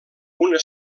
una